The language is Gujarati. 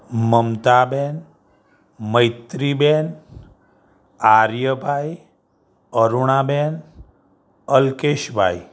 મમતાબહેનમૈત્રીબહેન આર્યભાઈ અરુણાબહેન અલ્કેશભાઈ